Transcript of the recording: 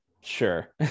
Sure